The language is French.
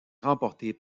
remportée